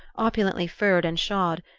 opulently furred and shod,